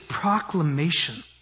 proclamation